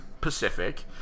Pacific